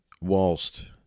whilst